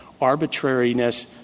arbitrariness